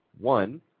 one